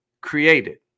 created